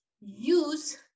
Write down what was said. use